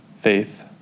faith